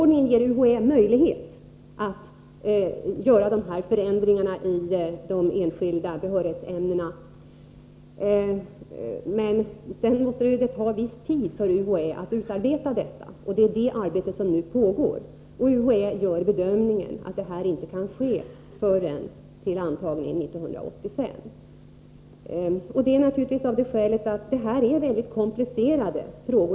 Den ger UHÄ möjlighet att göra förändringarna i de enskilda behörighetsämnena. Men det tar naturligtvis viss tid för UHÄ att utarbeta detta, och det är det arbetet som nu pågår. UHÄ gör bedömningen att förändringarna inte kan genomföras förrän till antagningen 1985. Detta gör man naturligtvis av det skälet att frågorna är mycket komplicerade.